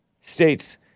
states